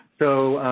so,